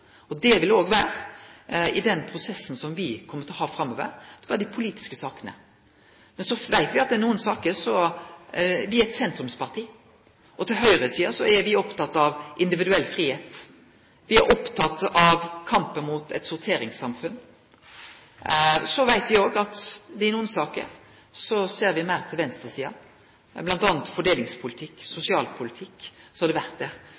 Det vil det òg vere i den prosessen som me kjem til å ha framover i dei politiske sakene. Men så veit me at i nokre saker er me eit sentrumsparti. Til høgresida er me opptekne av individuell fridom, me er opptekne av kampen mot eit sorteringssamfunn. Så veit me òg at i nokre saker ser me meir til venstresida, m.a. i fordelingspolitikk, og i sosialpolitikk har me òg gjort det. Men det